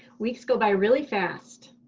weeks go by really fast.